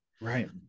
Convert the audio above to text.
Right